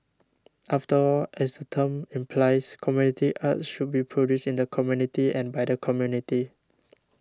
after all as the term implies community arts should be produced in the community and by the community